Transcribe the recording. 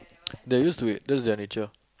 they are used to it cause they are nature